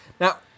now